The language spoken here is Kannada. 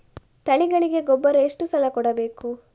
ತಳಿಗಳಿಗೆ ಗೊಬ್ಬರ ಎಷ್ಟು ಸಲ ಕೊಡಬೇಕು?